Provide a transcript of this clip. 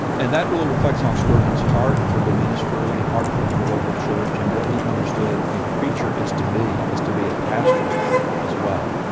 and that really reflects on spurgeon's heart for the ministry, and heart for the local church, and what he understood a preacher is to be. it is to be a pastor as well.